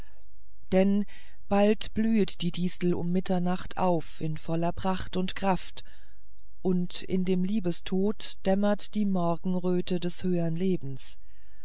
denn bald blühet die distel um mitternacht auf in voller pracht und kraft und in dem liebestod dämmert die morgenröte des höhern lebens